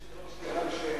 אדוני היושב-ראש,